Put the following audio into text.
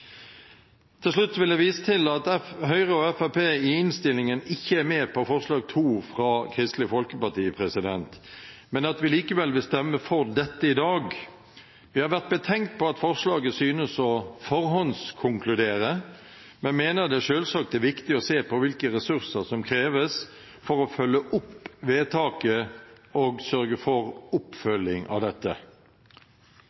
Til slutt vil jeg vise til at Høyre og Fremskrittspartiet i innstillingen ikke er med på forslag nr. 2, fra Kristelig Folkeparti, men at vi likevel vil stemme for dette i dag. Vi har vært betenkt på at forslaget synes å forhåndskonkludere, men mener det selvsagt er viktig å se på hvilke ressurser som kreves for å følge opp vedtaket og sørge for